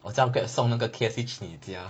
我叫 grab 送那个 K_F_C 去你家